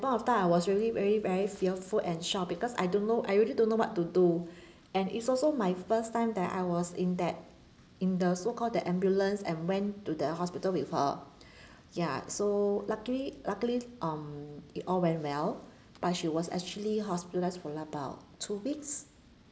point of time I was really very very fearful and shock because I don't know I really don't know what to do and it's also my first time that I was in that in the so called the ambulance and went to the hospital with her ya so luckily luckily um it all went well but she was actually hospitalised for about two weeks